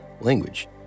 language